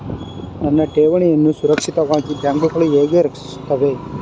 ನನ್ನ ಠೇವಣಿಯನ್ನು ಸುರಕ್ಷಿತವಾಗಿ ಬ್ಯಾಂಕುಗಳು ಹೇಗೆ ರಕ್ಷಿಸುತ್ತವೆ?